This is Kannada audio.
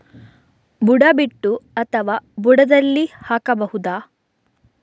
ಬುಡ ಬಿಟ್ಟು ಅಥವಾ ಬುಡದಲ್ಲಿ ಹಾಕಬಹುದಾ?